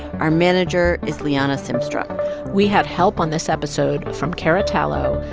our manager is liana simstrom we had help on this episode from cara tallo,